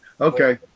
okay